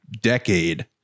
decade